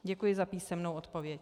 Děkuji za písemnou odpověď.